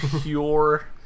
pure